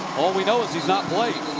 all we know is he's not playing.